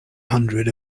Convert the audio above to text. hundred